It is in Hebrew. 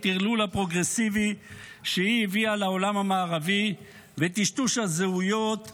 הטרלול הפרוגרסיבי שהיא הביאה לעולם המערבי וטשטוש הזהויות האישיות,